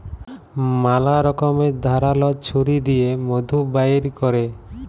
ম্যালা রকমের ধারাল ছুরি দিঁয়ে মধু বাইর ক্যরে